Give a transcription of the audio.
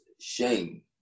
shame